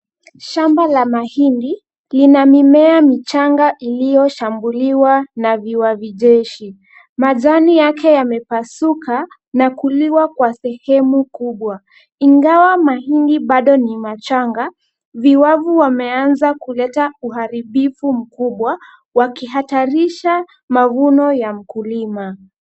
Shamba la mahindi lina mimea michanga iliyoshambuliwa na viwavi jeshi. Majani yake yamepasuka na kuliwa kwa sehemu kubwa. Ingawa mahindi bado ni machanga, viwavi wameanza kuleta uharibifu mkubwa wakihatarisha mavuno ya mkulima.